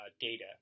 data